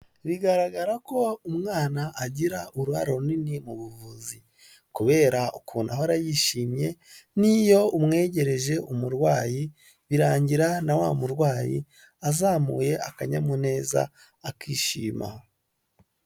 Bigaragara ko umwana agira uruhare runini mu buvuzi kubera ukuntu ahora yishimye n'iyo umwegereje umurwayi birangira na wa murwayi azamuye akanyamuneza akishima.